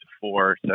four